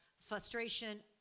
frustration